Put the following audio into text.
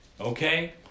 Okay